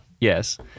Yes